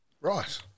Right